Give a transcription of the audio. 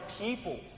people